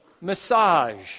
massage